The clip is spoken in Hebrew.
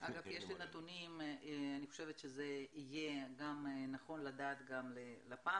אגב, אני חושבת שזה יהיה גם נכון לדעת ללפ"מ